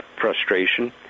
frustration